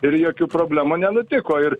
ir jokių problemų nenutiko ir